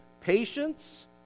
patience